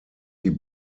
die